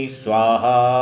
swaha